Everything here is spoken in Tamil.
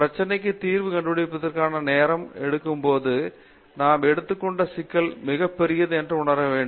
பிரச்சனைக்கு தீர்வு கண்டுபிடிப்பதற்கான நேரம் எடுக்கும்போது நாம் எடுத்து கொண்ட சிக்கல் மிக பெரியது என்று உணர வேண்டும்